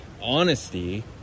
honesty